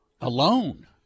alone